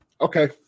Okay